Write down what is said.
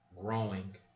growing